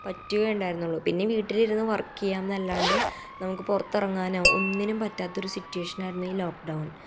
പറ്റുകയുണ്ടായിരുന്നുള്ളു പിന്നെ വീട്ടിലിരുന്ന് വർക്ക് ചെയ്യാംന്നല്ലാണ്ട് നമുക്ക് പുറത്തിറങ്ങാനോ ഒന്നിനും പറ്റാത്തൊരു സിറ്റ്വേഷനാരുന്നു ലോക്ക് ഡൗൺ